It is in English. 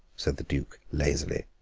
said the duke lazily.